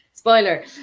Spoiler